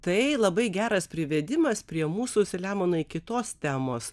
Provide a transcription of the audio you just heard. tai labai geras privedimas prie mūsų selemonai kitos temos